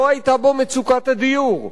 לא היתה בו מצוקת הדיור,